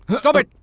stop it.